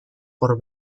por